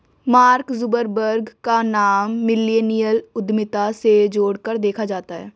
mark Zuckerberg का नाम millennial उद्यमिता से जोड़कर देखा जाता है